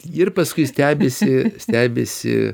ir paskui stebisi stebisi